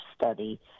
study